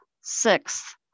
sixth